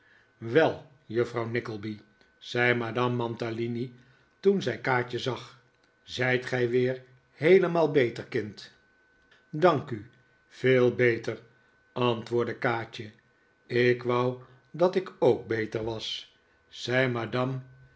wel juffrouw nickleby zei madame mantalini toen zij kaatje zag zijt gij weer heelemaal beter kind dank u veel beter antwoordde kaatje ik wou dat ik ook beter was zei madame